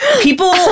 people